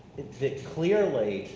they're clearly,